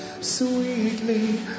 sweetly